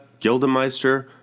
Gildemeister